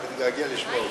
אני מתגעגע לשמוע אותך.